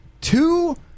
two